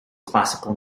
classical